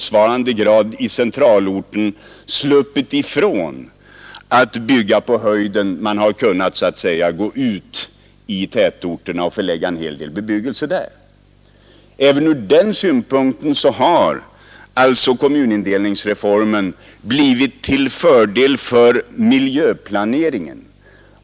Samtidigt har centralorten i motsvarande grad sluppit att hårdexploatera sin mark. Även ur den synpunkten har alltså kommunindelningsreformen blivit till fördel för miljöplaneringen.